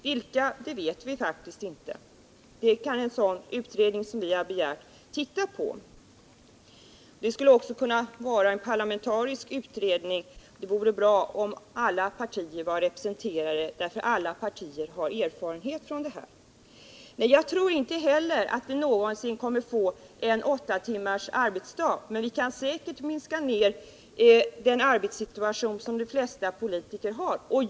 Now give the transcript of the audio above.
Vilka vet vi faktiskt inte, men det kan en sådan utredning som vi begärt titta på. Det skulle kunna vara en parlamentarisk utredning. Det vore bra om alla partier var representerade, därför att alla partier har erfärenheter av de här problemen. Jag tror inte heller att vi riksdagsledamöter någonsin kommer att få åtta timmars arbetsdag, men vi kan säkert minska ner den arbetsbörda som de flesta politiker har.